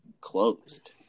closed